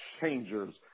changers